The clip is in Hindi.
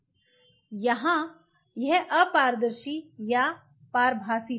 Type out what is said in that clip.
यहाँ यह अपारदर्शी या पारभासी था